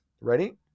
ready